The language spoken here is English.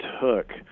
took